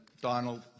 Donald